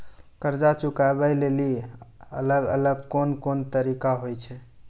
कर्जा चुकाबै लेली अलग अलग कोन कोन तरिका होय छै?